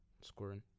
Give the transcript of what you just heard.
scoring